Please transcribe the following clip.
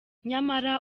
nyamara